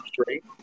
straight